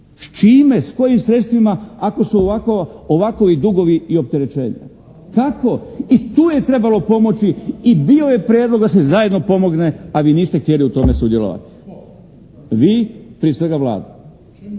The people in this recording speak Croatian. Čime, s kojim sredstvima ako su ovakovi dugovi i opterećenja. Kako? I tu je trebalo pomoći i bio je prijedlog da se zajedno pomogne ali vi niste htjeli u tome sudjelovati. … /Upadica se ne